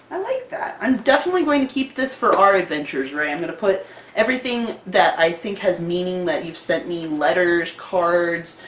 i like that! i'm definitely going to keep this for our adventures, rae! i'm going to put everything that i think has meaning that you've sent me, letters cards.